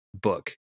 book